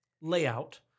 layout